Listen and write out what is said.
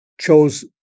chose